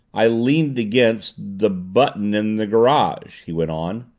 i leaned against the button in the garage he went on.